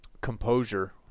composure